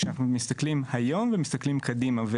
כשאנחנו מסתכלים היום ומסתכלים קדימה.